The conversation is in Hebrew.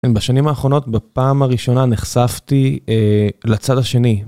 בשנים האחרונות, בפעם הראשונה נחשפתי לצד השני.